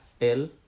El